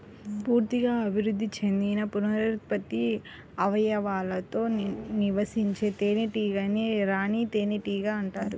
పూర్తిగా అభివృద్ధి చెందిన పునరుత్పత్తి అవయవాలతో నివసించే తేనెటీగనే రాణి తేనెటీగ అంటారు